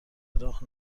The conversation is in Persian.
راه